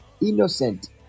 innocent